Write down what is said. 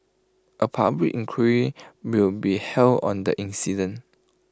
A public inquiry will be held on the incident